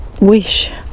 wish